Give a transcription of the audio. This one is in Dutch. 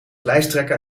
lijsttrekker